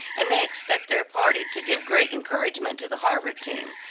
and they expect their party to give great encouragement to the harvard team.